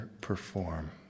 perform